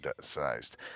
sized